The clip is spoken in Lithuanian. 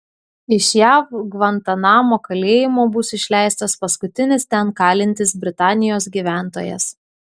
iš jav gvantanamo kalėjimo bus išleistas paskutinis ten kalintis britanijos gyventojas